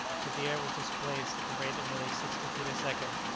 till the air was displaced at the rate of nearly sixty feet a second,